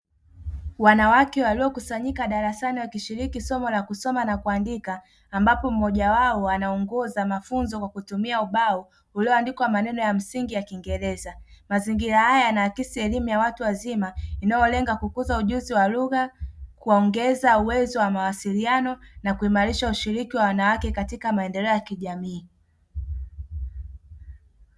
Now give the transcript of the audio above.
Wanawake waliokusanyika darasani wakishiriki somo la kusoma na kuandika, ambapo mmoja wao anaongoza mafunzo kwa kutumia ubao ulioandikwa maneno ya msingi ya Kiingereza; mazingira haya yanakisia elimu ya watu wazima inayolenga kukuza ujuzi wa lugha, kuongeza uwezo wa mawasiliano na kuimarisha ushiriki wa wanawake katika maendeleo ya kijamii.